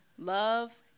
Love